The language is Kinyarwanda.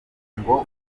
ngo